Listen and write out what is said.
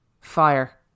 fire